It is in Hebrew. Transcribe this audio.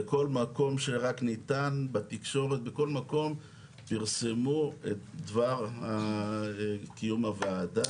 בכל מקום שרק ניתן פרסמו את דבר קיום הוועדה.